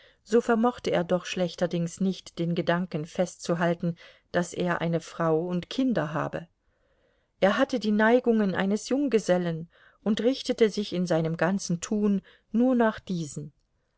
so vermochte er doch schlechterdings nicht den gedanken festzuhalten daß er eine frau und kinder habe er hatte die neigungen eines junggesellen und richtete sich in seinem ganzen tun nur nach diesen